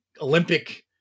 Olympic